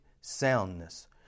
soundness